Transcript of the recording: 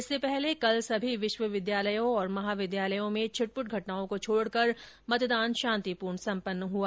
इससे पहले कल सभी विश्वविद्यालयों और महाविद्यालयों में छिटपुट घटनाओँ को छोड़कर मतदान शांतिपूर्ण सम्पन्न हुआ